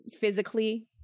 physically